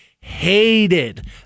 hated